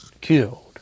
Killed